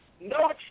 no